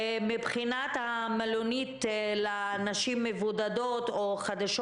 מבחינת המלונית לנשים מבודדות או חדשות,